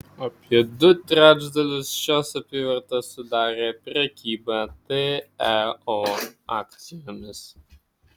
apie du trečdalius šios apyvartos sudarė prekyba teo akcijomis